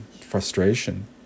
frustration